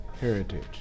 heritage